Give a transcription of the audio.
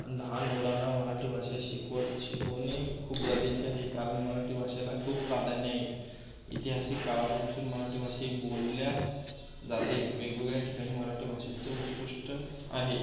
लहान मुलांना मराठी भाषा शिकवल शिकवणे खूप गरजेचे आहे कारण मराठी भाषेला खूप प्राधान्य आहे ऐतिहासिक काळापासून मराठी भाषा बोलली जाते वेगवेगळ्या ठिकाणी मराठी भाषेचं उत्कृष्ट आहे